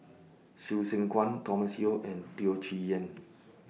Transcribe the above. Hsu Tse Kwang Thomas Yeo and Teo Chee Hean